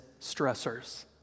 stressors